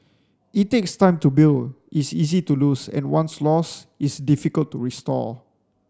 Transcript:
it takes time to build is easy to lose and once lost is difficult to restore